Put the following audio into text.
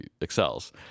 excels